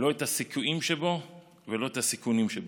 לא את הסיכויים שבו ולא את הסיכונים שבו.